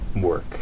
work